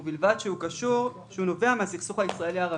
ובלבד שהוא נובע מן הסכסוך הישראלי ערבי".